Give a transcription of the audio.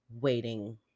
waiting